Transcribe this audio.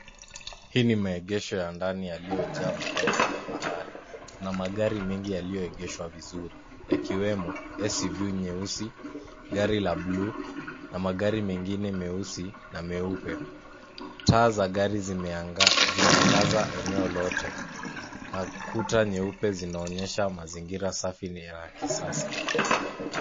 Hii ni maegesho ya ndani yaliyojaa magari ya kifahari. Kuna magari mengi yaliyoegeshwa vizuri, yakiwemo SUV nyeusi, gari la bluu na magari mengine meusi na meupe. Taa za gari zimeangaza eneo lote, na kuta nyeupe zinaonyesha mazingira safi ni ya kisasa.